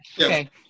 okay